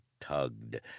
tugged